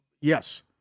yes